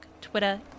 Twitter